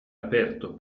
aperto